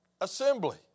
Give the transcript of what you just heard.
Assembly